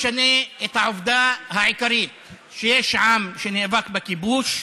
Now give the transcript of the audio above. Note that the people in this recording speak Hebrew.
חבריי חברי הכנסת, היום הזה הוא יום חשוב.